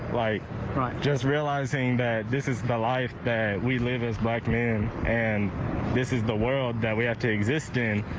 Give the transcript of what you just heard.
like just realizing that this is the life that we live as black men, and this is the world that we have to exist in,